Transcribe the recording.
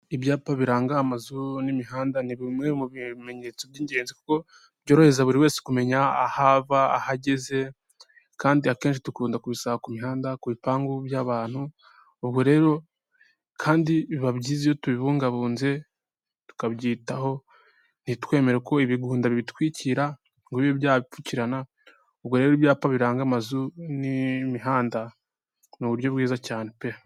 Ibyapa biranga amazu n'imihanda, ni bimwe mu bimenyetso by'ingenzi kuko byorohereza buri wese kumenya aho ava, aho ageze kandi akenshi dukunda kubisanga ku mihanda, ku bipangu by'abantu, ubwo rero kandi biba byiza iyo tubibungabunze tukabyitaho ntitwemere ko ibigunda bibitwikira ngo bibe byabipfukirana, ubwo rero ibyapa biranga amazu n'imihanda ni uburyo bwiza cyane pe.